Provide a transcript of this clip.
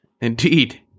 Indeed